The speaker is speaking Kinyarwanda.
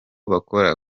bakora